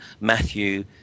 Matthew